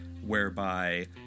whereby